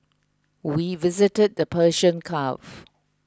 we visited the Persian Gulf